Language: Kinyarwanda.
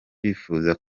bifuza